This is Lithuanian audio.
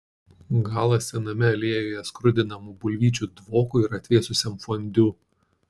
galas sename aliejuje skrudinamų bulvyčių dvokui ir atvėsusiam fondiu